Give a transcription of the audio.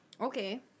Okay